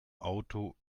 auto